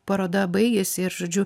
paroda baigėsi ir žodžiu